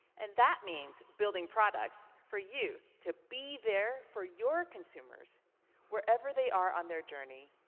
and that means building products for you to be there for your consumers wherever they are on their journey,